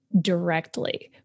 directly